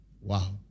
Wow